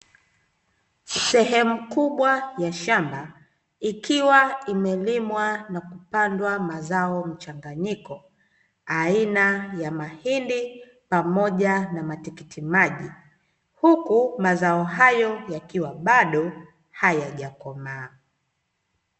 Sehemu kubwa ya shamba ikiwa imelimwa na kupandwa mazao mchanganyiko aina ya mahindi pamoja na matikiti maji, huku mazao hayo yakiwa bado hayaja komaa.